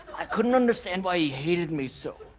i couldn't understand why he hated me so.